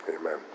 Amen